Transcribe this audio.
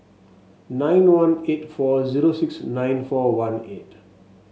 nine one eight four zero six nine four one eight